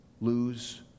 lose